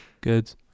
Good